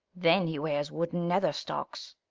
then he wears wooden nether-stocks.